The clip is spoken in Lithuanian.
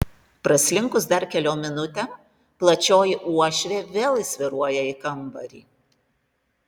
praslinkus dar keliom minutėm plačioji uošvė vėl įsvyruoja į kambarį